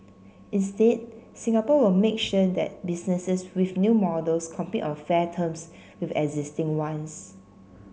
instead Singapore will make sure that businesses with new models compete on fair terms with existing ones